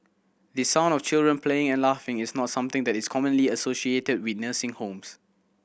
the sound of children playing and laughing is not something that is commonly associated with nursing homes